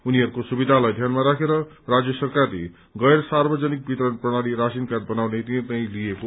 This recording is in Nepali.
उनीहरूको सुवधिालाई ध्यानमा राखेर राज्य सरकारले गैर सार्वजनिक वितरण प्रणाली राशिन कार्ड बनाउने निर्णय लिएको छ